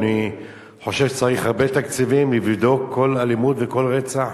אני חושב שצריך הרבה תקציבים לבדוק כל אלימות וכל רצח.